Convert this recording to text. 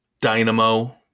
dynamo